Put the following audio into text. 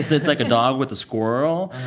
it's it's like a dog with a squirrel.